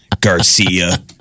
Garcia